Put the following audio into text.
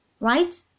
right